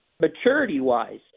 maturity-wise